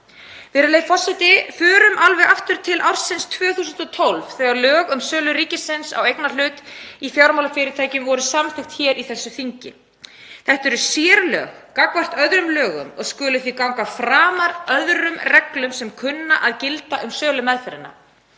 Virðulegi forseti. Förum alveg aftur til ársins 2012 þegar lög um sölumeðferð eignarhluta ríkisins í fjármálafyrirtækjum voru samþykkt hér í þessu þingi. Þetta eru sérlög gagnvart öðrum lögum og skulu því ganga framar öðrum reglum sem kunna að gilda um sölumeðferðina.